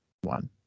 one